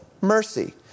mercy